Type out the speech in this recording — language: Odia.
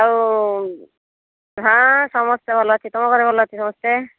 ଆଉ ହଁ ସମସ୍ତେ ଭଲ ଅଛି ତମ ଘରେ ଭଲ ଅଛି ସମସ୍ତେ